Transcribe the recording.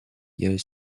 year